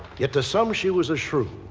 yet to some, she was a shrew,